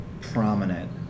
prominent